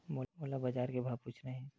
मोला बजार के भाव पूछना हे?